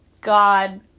God